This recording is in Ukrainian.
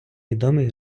відомий